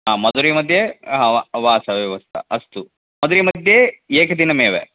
आ मधुरै मध्ये हा वा वासव्यवस्था अस्तु मधुरै मध्ये एकदिनमेव